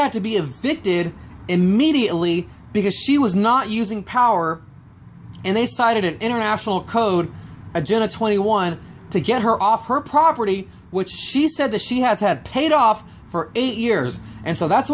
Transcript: had to be a victim would immediately because she was not using power and they cited an international code agenda twenty one to get her off her property which she said that she has had paid off for eight years and so that's